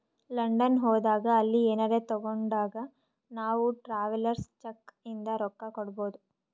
London ಹೋದಾಗ ಅಲ್ಲಿ ಏನರೆ ತಾಗೊಂಡಾಗ್ ನಾವ್ ಟ್ರಾವೆಲರ್ಸ್ ಚೆಕ್ ಇಂದ ರೊಕ್ಕಾ ಕೊಡ್ಬೋದ್